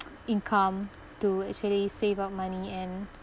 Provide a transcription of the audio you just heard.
income to actually save up money and